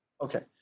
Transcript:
Okay